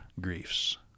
griefs